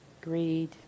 greed